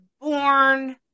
born